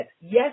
Yes